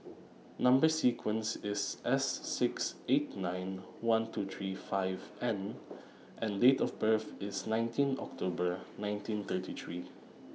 Number sequence IS S six eight nine one two three five N and Date of birth IS nineteen October nineteen thirty three